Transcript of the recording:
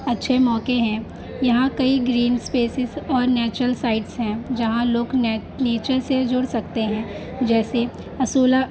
اچھے موقعے ہیں یہاں کئی گرین اسپیسز اور نیچرل سائٹس ہیں جہاں لوگ نیچر سے جڑ سکتے ہیں جیسے اصولہ